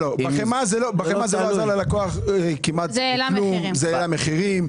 בחמאה זה לא עזר ללקוח כמעט בכלום וגם העלה מחירים.